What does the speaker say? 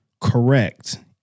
correct